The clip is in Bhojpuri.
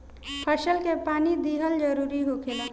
फसल के पानी दिहल जरुरी होखेला